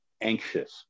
anxious